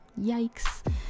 yikes